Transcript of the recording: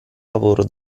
lavoro